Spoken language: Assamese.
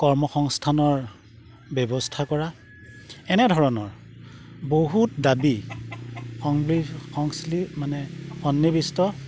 কৰ্ম সংস্থানৰ ব্যৱস্থা কৰা এনেধৰণৰ বহুত দাবী মানে সন্নিৱিষ্ট